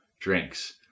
drinks